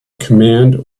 command